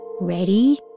Ready